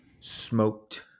smoked